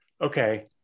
okay